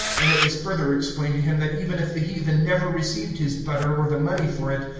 and it was further explained to him that even if the heathen never received his butter or the money for it,